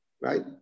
Right